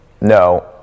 No